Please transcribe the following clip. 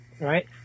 right